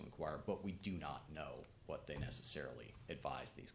inquire but we do not know what they necessarily advise these